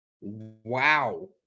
wow